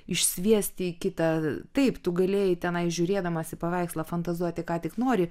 išsviesti į kitą taip tu galėjai tenai žiūrėdamas į paveikslą fantazuoti ką tik nori